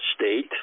state